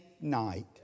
night